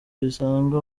bisanzwe